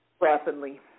rapidly